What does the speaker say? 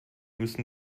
müssen